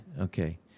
Okay